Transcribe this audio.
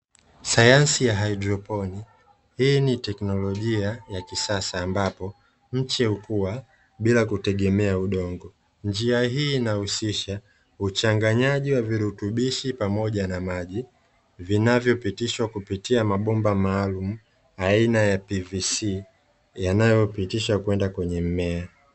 Sayansi ya haidroponi; hii ni teknolojia ya kisasa ambapo mche hukua bila kitegemea udongo, njia hii inahusisha uchanganyaji wa virutubishi pamoja na maji; vinavyopitishwa kupitia mabomba maalumu aina ya 'PVC' yanayopitishwa kwenda kwenye mmea.